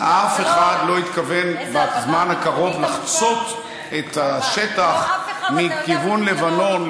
אף אחד לא התכוון בזמן הקרוב לחצות את השטח מכיוון לבנון,